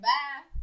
Bye